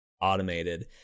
automated